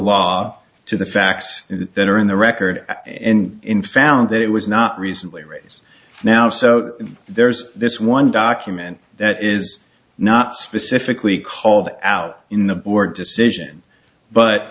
law to the facts that are in the record and in found that it was not recently right now so there's this one document that is not specifically called out in the board decision but